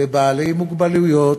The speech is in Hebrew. לבעלי מוגבלויות,